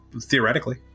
theoretically